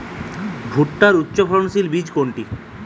ভূট্টার উচ্চফলনশীল বীজ কোনটি?